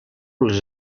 les